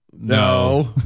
No